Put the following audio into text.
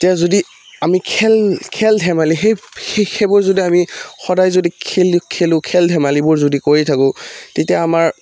তেতিয়া যদি আমি খেল খেল ধেমালি সেই সেইবোৰ যদি আমি সদায় যদি খেলি খেলোঁ খেল ধেমালিবোৰ যদি কৰি থাকোঁ তেতিয়া আমাৰ